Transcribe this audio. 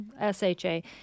S-H-A